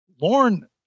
Lauren